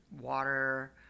water